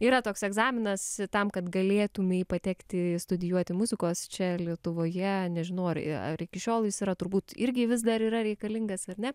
yra toks egzaminas tam kad galėtum į patekti studijuoti muzikos čia lietuvoje nežinau ar ar iki šiol jis yra turbūt irgi vis dar yra reikalingas ar ne